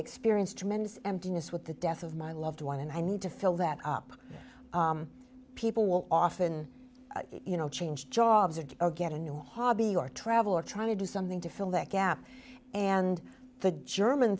experience tremendous emptiness with the death of my loved one and i need to fill that up people will often you know change jobs or get a new hobby or travel or trying to do something to fill that gap and the german